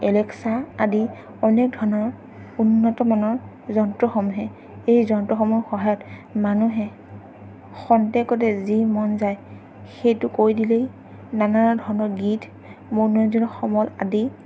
Alexa আদি অনেক ধৰণৰ উন্নতমানৰ যন্ত্ৰসমূহে এই যন্ত্ৰসমূহৰ সহায়ত মানুহে খন্তেকতে যি মন যায় সেইটো কৰি দিলেই নানা ধৰণৰ গীত মনোৰঞ্জনৰ সমল আদি